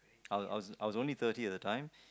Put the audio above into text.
I was only thirty at the time